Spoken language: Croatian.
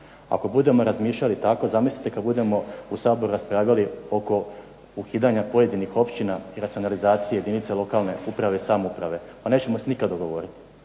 Ako budemo razmišljali tako, zamislite kad budemo u Saboru raspravljali oko ukidanja pojedinih općina i racionalizacije jedinica lokalne uprave i samouprave. Pa nećemo se nikad dogovorit.